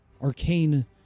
arcane